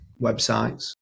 websites